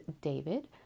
David